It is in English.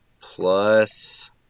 plus